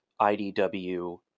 IDW